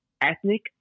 ethnic